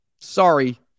sorry